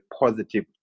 positive